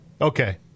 Okay